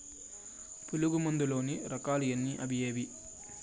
పులుగు మందు లోని రకాల ఎన్ని అవి ఏవి?